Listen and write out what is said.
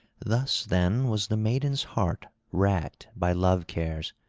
thus then was the maiden's heart racked by love-cares.